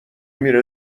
میره